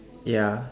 ya